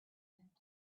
said